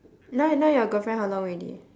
now now your girlfriend how long already